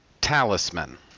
Talisman